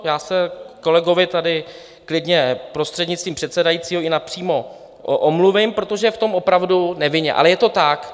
Já se tady kolegovi klidně prostřednictvím předsedajícího, i napřímo, omluvím, protože je v tom opravdu nevinně, ale je to tak.